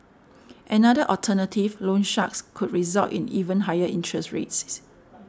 another alternative loan sharks could result in even higher interest rates